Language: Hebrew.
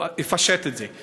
אפשט את זה: